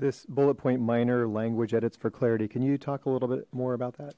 this bullet point minor language edits for clarity can you talk a little bit more about that